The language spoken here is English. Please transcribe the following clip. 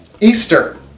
Easter